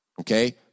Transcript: okay